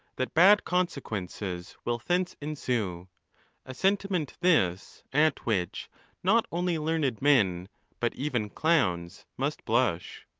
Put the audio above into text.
that bad consequences will thence ensue a sentiment this at which not only learned men but even clowns must blush.